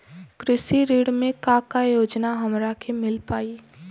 कृषि ऋण मे का का योजना हमरा के मिल पाई?